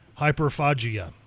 hyperphagia